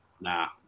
nah